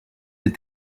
des